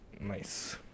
Nice